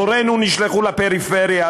הורינו נשלחו לפריפריה,